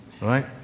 right